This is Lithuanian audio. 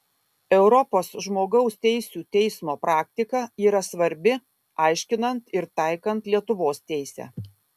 europos žmogaus teisių teismo praktika yra svarbi aiškinant ir taikant lietuvos teisę